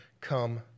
come